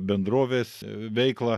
bendrovės veiklą